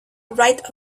right